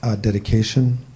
dedication